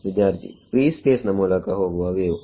ವಿದ್ಯಾರ್ಥಿಫ್ರೀ space ನ ಮೂಲಕ ಹೋಗುವ ವೇವ್